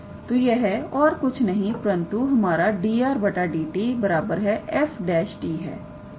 तो यह और कुछ नहीं परंतु हमारा 𝑑𝑟⃗ 𝑑𝑡 𝑓′𝑡 है